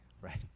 right